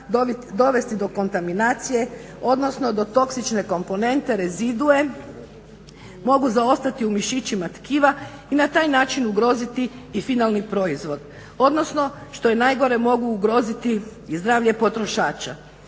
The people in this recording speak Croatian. dovesti do kontaminacije, odnosno do toksične komponente rezidue, mogu zaostati u mišićima tkiva i na taj način ugroziti i finalni proizvod, odnosno što je najgore mogu ugroziti i zdravlje potrošača.